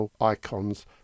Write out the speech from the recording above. icons